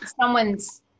someone's